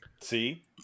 See